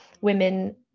women